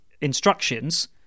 instructions